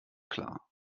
klar